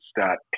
start